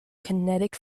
kinetic